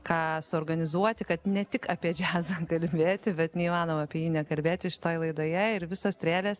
ką suorganizuoti kad ne tik apie džiazą kalbėti bet neįmanoma apie jį nekalbėti šitoj laidoje ir visos strėlės